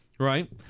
Right